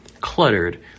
cluttered